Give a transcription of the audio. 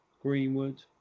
Greenwood